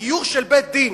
גיור של בית-דין,